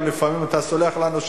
לפעמים אתה גם סולח לנו,